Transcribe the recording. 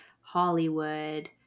Hollywood